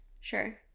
sure